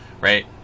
right